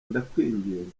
ndakwinginze